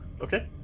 Okay